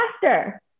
faster